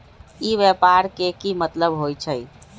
ई व्यापार के की मतलब होई छई?